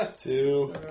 Two